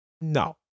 No